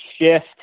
shift